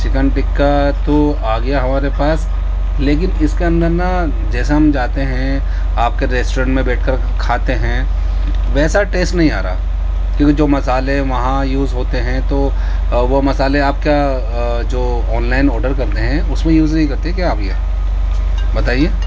chicken tikka تو آ گیا ہمارے پاس لیکن اس کے اندر نا جیسا ہم جاتے ہیں آپ کے ریسٹورینٹ میں بیٹھ کر کھاتے ہیں ویسا ٹیسٹ نہیں آ رہا کیوںکہ جو مسالے وہاں یوز ہوتے ہیں تو وہ مسالے آپ کا جو آن لائن آڈر کرتے ہیں اس میں یوز نہیں کرتے کیا آپ یہ بتائیے